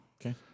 Okay